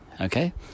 okay